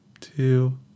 two